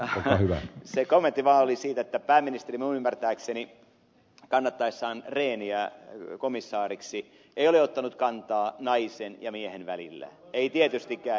se kommentti vaan oli siitä että pääministeri minun ymmärtääkseni kannattaessaan rehniä komissaariksi ei ole ottanut kantaan naisen ja miehen välillä ei tietystikään